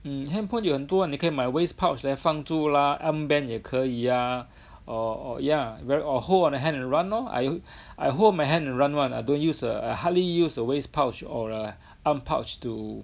handphone 有很多啊你可以买 waist pouch 来放住啦 arm band 也可以啊 or yeah very or hold on the hand and run lor I I hold on my hand and run [one] I don't use err I hardly use a waist pouch or a hand pouch to